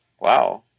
Wow